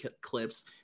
clips